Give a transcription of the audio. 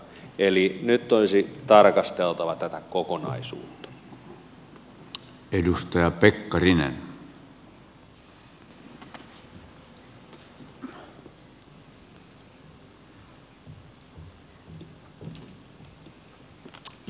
eli nyt olisi tarkasteltava tätä kokonaisuutta